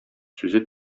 сүзе